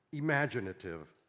imaginative.